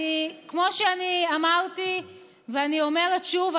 כמו שאני אמרתי ואני אומרת שוב,